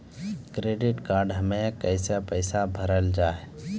Credit card हम्मे कैसे पैसा भरल जाए?